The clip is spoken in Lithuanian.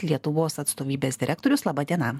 lietuvos atstovybės direktorius laba diena